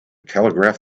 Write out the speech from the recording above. telegraph